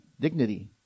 dignity